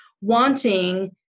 wanting